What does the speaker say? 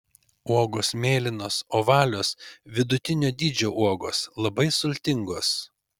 uogos mėlynos ovalios vidutinio dydžio uogos labai sultingos